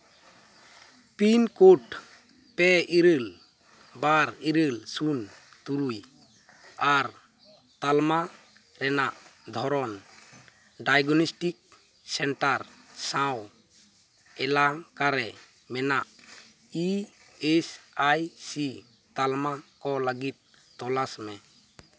pin code ᱯᱮ ᱤᱨᱟᱹᱞ ᱵᱟᱨ ᱤᱨᱟᱹᱞ ᱥᱩᱱ ᱛᱩᱨᱩᱭ ᱟᱨ ᱛᱟᱞᱢᱟ ᱨᱮᱱᱟᱜ ᱫᱷᱚᱨᱚᱱ ᱰᱟᱭᱜᱚᱱᱤᱥᱴᱤᱠ ᱥᱮᱱᱴᱟᱨ ᱥᱟᱶ ᱮᱞᱟᱝ ᱠᱟᱨᱮ ᱢᱮᱱᱟᱜ ᱤ ᱮᱥ ᱟᱭ ᱥᱤ ᱛᱟᱞᱢᱟ ᱠᱚ ᱞᱟᱹᱜᱤᱫ ᱛᱚᱞᱟᱥ ᱢᱮ